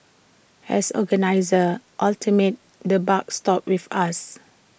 as organisers ultimately the buck stops with us